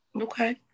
Okay